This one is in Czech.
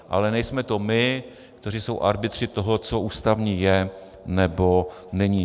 Ale nejsme to my, kteří jsou arbitři toho, co ústavní je nebo není.